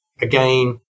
Again